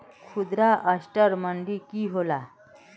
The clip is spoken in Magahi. खुदरा असटर मंडी की होला?